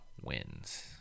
wins